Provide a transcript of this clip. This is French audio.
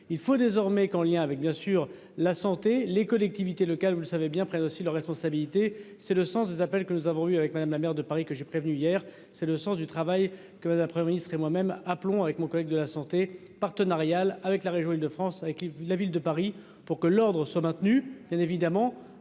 il faut désormais qu'en lien avec bien sûr la santé, les collectivités locales, vous le savez bien, prennent aussi leurs responsabilités, c'est le sens des appels que nous avons eue avec madame la maire de Paris que j'ai prévenu hier, c'est le sens du travail que d'un 1er ministre et moi-même, appelons avec mon collègue de la Santé partenarial avec la région Île-de-France France avec la Ville de Paris pour que l'Ordre sont maintenus, bien évidemment,